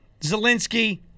Zelensky